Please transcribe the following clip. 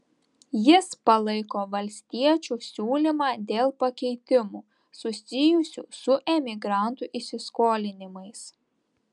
jis palaiko valstiečių siūlymą dėl pakeitimų susijusių su emigrantų įsiskolinimais